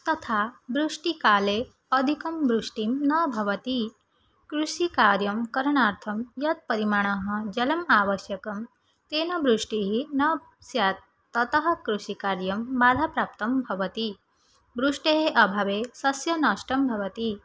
तथा वृष्टिकाले अधिकं वृष्टीं न भवति कृषिकार्यं करणार्थं यत् परिमाणः जलम् आवश्यकं तेन वृष्टिः न स्यात् ततः कृषिकार्यं बाधाप्राप्तं भवति वृष्टेः अभावे सस्यनष्टं भवति